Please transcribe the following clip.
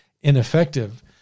ineffective